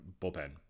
bullpen